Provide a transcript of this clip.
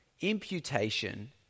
Imputation